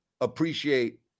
appreciate